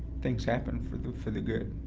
things happen for the for the good.